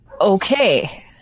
Okay